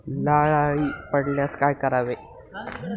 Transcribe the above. लाल अळी पडल्यास काय करावे?